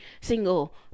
single